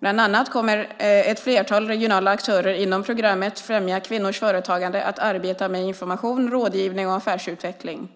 Bland annat kommer ett flertal regionala aktörer inom programmet Främja kvinnors företagande att arbeta med information, rådgivning och affärsutveckling.